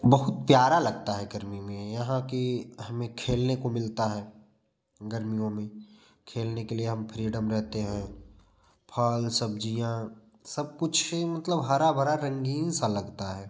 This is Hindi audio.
बहुत प्यारा लगता है गर्मी में यहाँ कि हमें खेलने को मिलता है गर्मियों में खेलने के लिए हम फ़्रीडम रहते हैं फल सब्जियाँ सब कुछ मतलब हरा भरा रंगीन सा लगता है